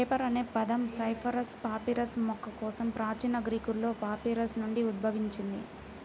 paper అనే పదం cyperus papyrus మొక్క కోసం ప్రాచీన గ్రీకులో పాపిరస్ నుండి ఉద్భవించింది